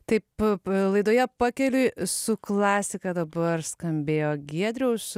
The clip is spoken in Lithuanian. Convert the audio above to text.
taip laidoje pakeliui su klasika dabar skambėjo giedriaus